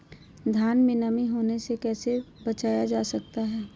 धान में नमी होने से कैसे बचाया जा सकता है?